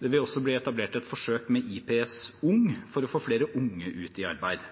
Det vil også bli etablert et forsøk med IPS-ung for å få flere unge ut i arbeid.